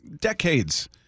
decades